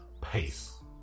Pace